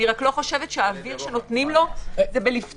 אני רק לא חושבת שהאוויר שנותנים לו זה בפתיחת